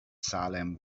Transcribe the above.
salem